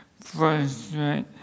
frustrate